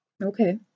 Okay